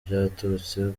byaturutse